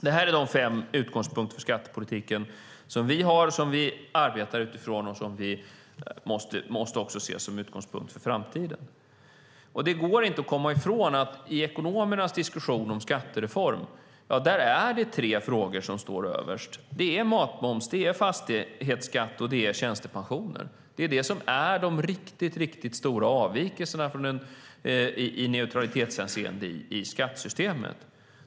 Det här är de fem utgångspunkter för skattepolitiken som vi har, som vi arbetar utifrån och som vi också måste se som utgångspunkter för framtiden. Det går inte att komma ifrån att det i ekonomernas diskussion om skattereform är tre frågor som står överst. Det är matmoms. Det är fastighetsskatt. Och det är tjänstepensionen. Det är det som är de riktigt stora avvikelserna i neutralitetshänseende i skattesystemet.